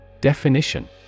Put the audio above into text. Definition